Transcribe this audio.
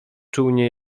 czółnie